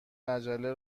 مجله